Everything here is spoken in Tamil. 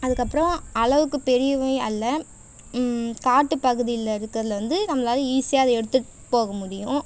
அதுக்கப்புறம் அளவுக்கு பெரியவை அல்ல காட்டுப் பகுதியில் இருக்கிறதுலேருந்து நம்மளால் ஈஸியாக அதை எடுத்துகிட்டு போக முடியும்